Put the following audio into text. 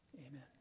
Amen